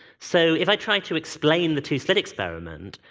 so, if i try to explain the two-slit experiment,